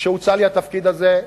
כשהוצע לי התפקיד הזה,